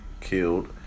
killed